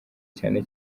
cyane